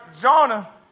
Jonah